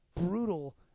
brutal